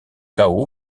cao